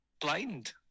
blind